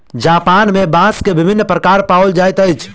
Japan में बांस के विभिन्न प्रकार पाओल जाइत अछि